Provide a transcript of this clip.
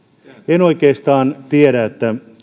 en oikeastaan tiedä